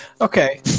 Okay